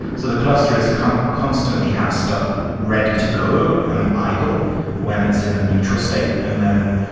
so the clusters kind of constantly have stuff ready to go and idle when it's and a neutral state. and then,